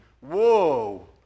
whoa